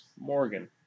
Morgan